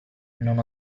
non